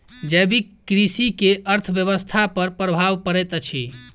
जैविक कृषि के अर्थव्यवस्था पर प्रभाव पड़ैत अछि